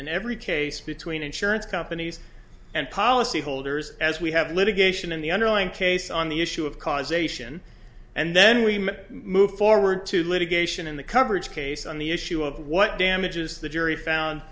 in every case between insurance companies and policyholders as we have litigation in the underlying case on the issue of causation and then we move forward to litigation in the coverage case on the issue of what damages the jury found